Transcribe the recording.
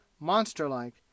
monster-like